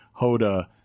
Hoda